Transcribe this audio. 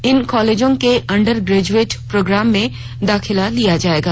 इन कालेजों के undergraduate program में दाखिला लिया जाएगा